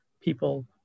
people